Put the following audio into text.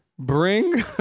Bring